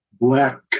Black